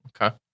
Okay